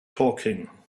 talking